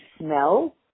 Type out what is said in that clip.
smell